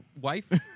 wife